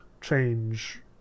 change